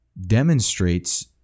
demonstrates